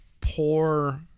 poor